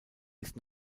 ist